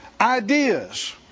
ideas